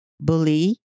bully